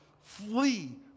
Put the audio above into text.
Flee